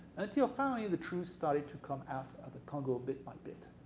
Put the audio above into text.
until finally the truth started to come out of the congo bit by bit.